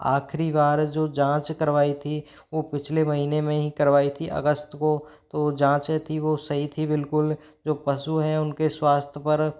आखरी बार जो जाँच करवाई थी वो पिछले महीने में ही करवाई थी अगस्त को तो वो जाँच थी वो सही थी बिल्कुल जो पशु हैं उनके स्वास्थ पर